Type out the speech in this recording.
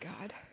god